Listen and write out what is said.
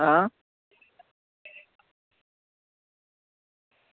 आं